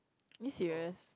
are you serious